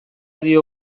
dio